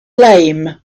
lame